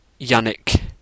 Yannick